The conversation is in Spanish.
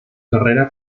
carrera